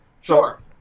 Sure